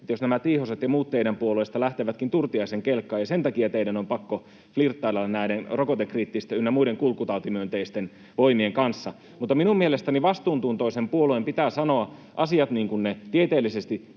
että jos nämä tiihoset ja muut teidän puolueestanne lähtevätkin Turtiaisen kelkkaan, ja sen takia teidän on pakko flirttailla näiden rokotekriittisten ynnä muiden kulkutautimyönteisten voimien kanssa. Mutta minun mielestäni vastuuntuntoisen puolueen pitää sanoa asiat niin kuin ne tieteellisesti